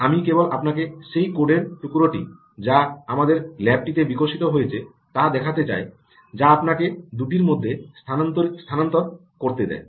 আমি কেবল আপনাকে সেই কোডের টুকরোটি যা আমাদের ল্যাবটিতে বিকশিত হয়েছে তা দেখাতে চাই যা আপনাকে দুটির মধ্যে স্থানান্তর করতে দেয়